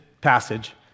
passage